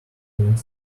twenty